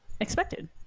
expected